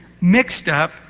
mixed-up